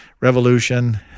revolution